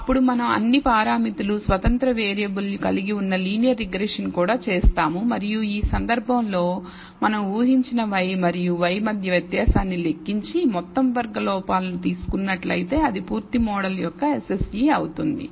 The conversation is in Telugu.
అప్పుడు మనం అన్ని పారామితులు స్వతంత్ర వేరియబుల్ కలిగి ఉన్న లీనియర్ రిగ్రెషన్ కూడా చేస్తాము మరియు ఈ సందర్భంలో మనం ఊహించిన y మరియు y మధ్య వ్యత్యాసాన్ని లెక్కించి మొత్తం వర్గ లోపాలను తీసుకున్నట్లయితే అది పూర్తి మోడల్ యొక్క SSE అవుతుంది